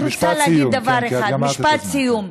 אני רק רוצה להגיד דבר אחד, משפט סיום.